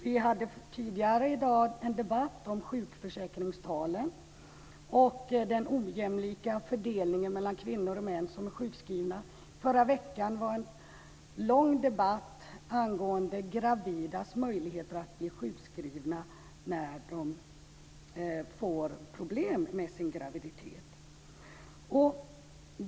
Vi hade tidigare i dag en debatt om sjukförsäkringstalen och den ojämlika fördelningen mellan kvinnor och män när det gäller sjukskrivningar. Förra veckan hade vi en lång debatt om gravida kvinnors möjligheter att bli sjukskrivna när de får problem med sin graviditet.